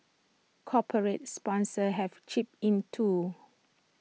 corporate sponsors have chipped in too